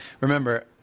remember